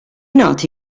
noti